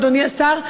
אדוני השר,